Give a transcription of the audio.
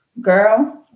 girl